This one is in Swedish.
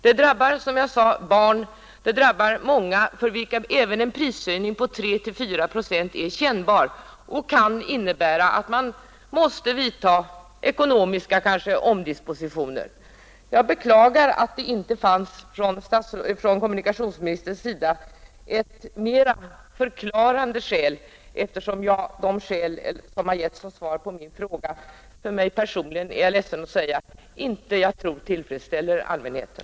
De som drabbas är, som jag sade, i många fall barn och sådana för vilka även en prishöjning på 3—4 procent är kännbar och kan innebära att man måste vidta ekonomiska omdispositioner. Jag beklagar att statsrådet inte angav något mera förklarande skäl, eftersom jag tyvärr tror att de skäl som anförts i svaret på min fråga inte tillfredsställer allmänheten.